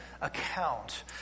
account